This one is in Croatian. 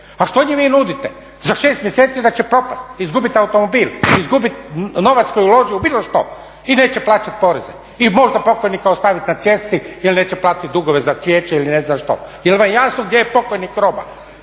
A što im vi nudite? Za šest mjeseci da će propasti, izgubiti automobil, izgubiti novac koji je uložio u bilo što i neće plaćati poreze i možda pokojnika ostaviti na cesti jer neće platiti dugove za cvijeće ili ne znam što. Je li vam jasno gdje je pokojnik roba?